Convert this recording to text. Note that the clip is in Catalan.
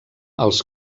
els